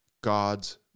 God's